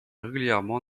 régulièrement